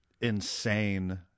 insane